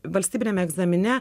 valstybiniam egzamine